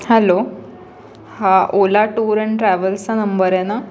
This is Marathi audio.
हॅलो हा ओला टूर अँड ट्रॅव्हल्सचा नंबर आहे ना